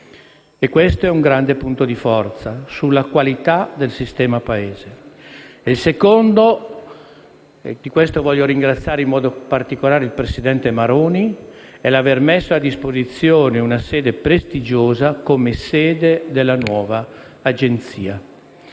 Questo è un grande punto di forza sulla qualità del sistema Paese. Il secondo - del quale voglio ringraziare in modo particolare il presidente Maroni - è l'aver messo a disposizione un luogo prestigioso come sede della nuova Agenzia.